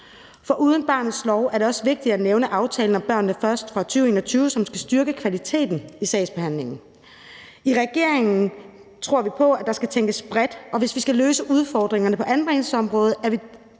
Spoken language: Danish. Foruden barnets lov er det også vigtigt at nævne aftalen om »Børnene Først« fra 2021, som skal styrke kvaliteten i sagsbehandlingen. I regeringen tror vi på, at der skal tænkes bredt, hvis vi skal løse udfordringerne på anbringelsesområdet,